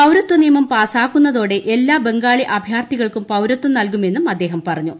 പൌരത്വ നിയമം പാസാക്കുന്നതോടെ എല്ലാ ബംഗാളി അഭയാർത്ഥികൾക്കും പൌരത്വം നൽകുമെന്നും അദ്ദേഹം പറഞ്ഞു